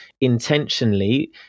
intentionally